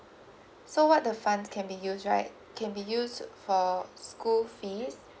so what the funds can be used right can be used for school fees